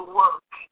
work